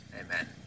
Amen